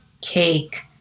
cake